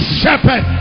shepherd